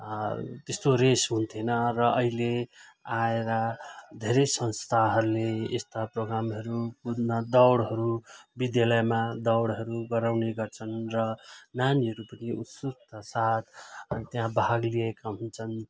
त्यस्तो रेस हुन्थेन र अहिले आएर धेरै संस्थाहरूले यस्ता प्रोग्रामहरू कुद्न दौडहरू विद्यालयमा दौडहरू गराउने गर्छन् र नानीहरू पनि उत्सुकताका साथ त्यहाँ भाग लिएका हुन्छन्